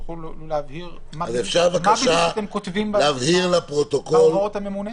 תוכלו להבהיר מה בדיוק אתם כותבים בהוראות הממונה?